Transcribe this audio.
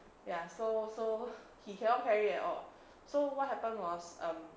ya so so he cannot carry at all so what happened was um